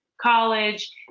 college